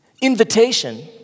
Invitation